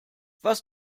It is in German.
was